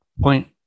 point